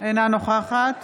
אינה נוכחת